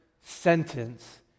sentence